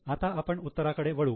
आता आपण उत्तराकडे वळू